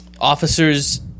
officers